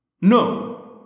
No